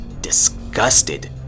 Disgusted